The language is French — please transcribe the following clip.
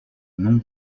non